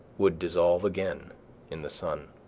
would dissolve again in the sun.